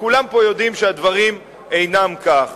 וכולם פה יודעים שהדברים אינם כך.